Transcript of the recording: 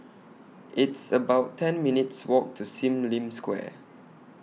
It's about ten minutes' Walk to SIM Lim Square